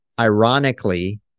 ironically